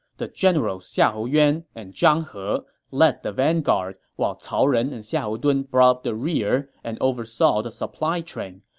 the generals xiahou yuan and zhang he led the vanguard, while cao ren and xiahou dun brought up the rear and oversaw the supply train.